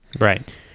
right